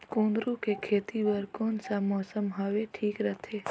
कुंदूरु के खेती बर कौन सा मौसम हवे ठीक रथे?